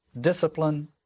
discipline